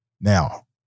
Now